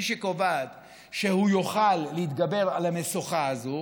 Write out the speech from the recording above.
שקובעים שהוא יוכל להתגבר על המשוכה הזאת,